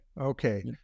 okay